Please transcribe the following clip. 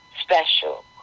special